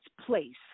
place